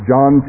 John